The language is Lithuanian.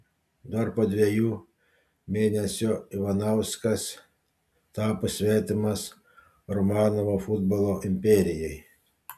dar po dviejų mėnesio ivanauskas tapo svetimas romanovo futbolo imperijai